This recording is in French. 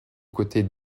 côtés